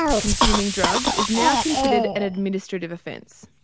consuming drugs is now considered an administrative offence.